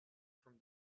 from